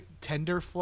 tender